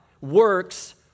works